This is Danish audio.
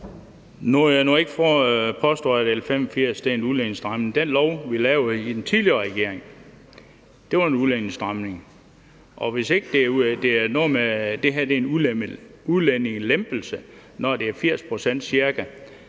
vil jeg ikke påstå, at L 85 er en udlændingestramning. Den lov, vi lavede under den tidligere regering, var en udlændingestramning, og det her må være en udlændingelempelse, når ca. 80 pct.